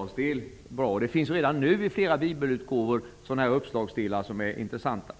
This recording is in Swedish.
uppslagsdelen bra. Redan nu finns det sådana uppslagsdelar i flera Bibelutgåvor, och de är intressanta.